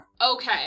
Okay